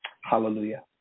Hallelujah